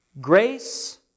Grace